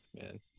man